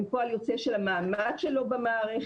הם פועל יוצא של המעמד שלו במערכת.